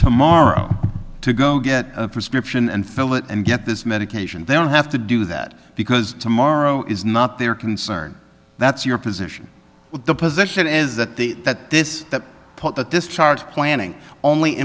tomorrow to go get a prescription and fill it and get this medication they don't have to do that because tomorrow is not their concern that's your position the position is that the that this that put that this chart planning only